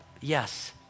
yes